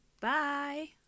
Bye